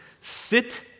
sit